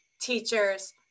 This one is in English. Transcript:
teachers